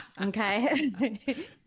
Okay